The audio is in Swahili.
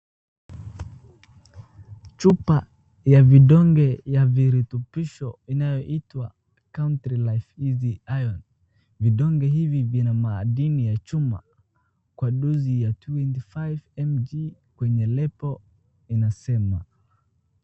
Chupa ya vidonge ya viritubisho inayoitwa Country Life Easy Iron , vidonge hivi vina madini ya chuma kwa dozi ya 25mg kwenye label inasema.